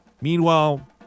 meanwhile